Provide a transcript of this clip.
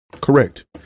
Correct